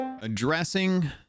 Addressing